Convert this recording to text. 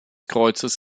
kreuzes